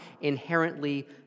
inherently